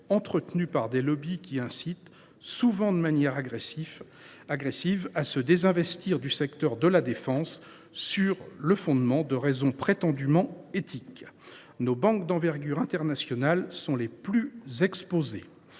entretenu par des lobbies qui incitent, souvent de manière agressive, à se désinvestir du secteur de la défense, sur le fondement de raisons prétendument éthiques. Nos banques d’envergure internationale sont les plus exposées.